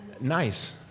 nice